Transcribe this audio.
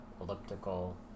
elliptical